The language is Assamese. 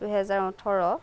দুহেজাৰ ওঠৰ